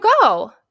go